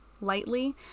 lightly